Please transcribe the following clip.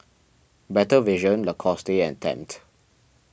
Better Vision Lacoste and Tempt